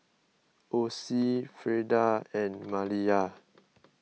Osie Frieda and Maliyah